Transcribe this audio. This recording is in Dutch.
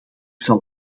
zal